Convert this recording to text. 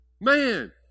Man